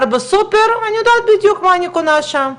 בסופר אני יודעת בדיוק מה אני קונה שם,